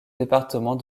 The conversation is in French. département